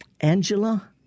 Angela